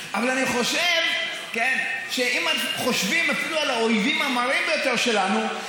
אבל אני חושב שאם חושבים אפילו על האויבים המרים ביותר שלנו,